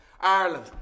Ireland